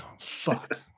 fuck